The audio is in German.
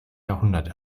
jahrhundert